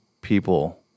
people